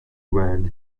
went